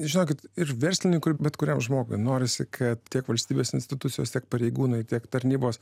žinokit ir verslininkui bet kuriam žmogui norisi kad tiek valstybės institucijos tiek pareigūnai tiek tarnybos